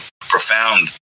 profound